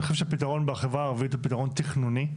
אני חושב שהפתרון בחברה הערבית הוא פתרון תכנוני,